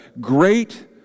great